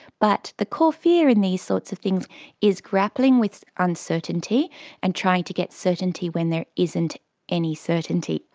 but the core fear in these sorts of things is grappling with uncertainty and trying to get certainty when there isn't any certainty,